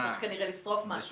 צריך כנראה לשרוף משהו.